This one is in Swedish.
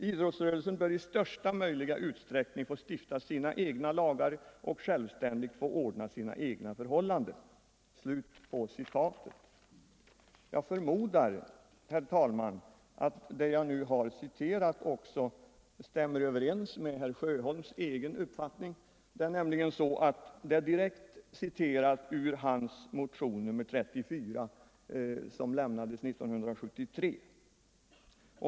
Idrottsrörelsen bör i största möjliga utsträckning få stifta sina egna lagar och självständigt få ordna sina egna förhållanden.” Jag förmodar, herr talman, att det jag nu har citerat också stämmer överens med herr Sjöholms egen uppfattning. Det är nämligen så, att det är direkt citerat ur hans motion nr 34 som lämnades 1973.